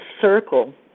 circle